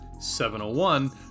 701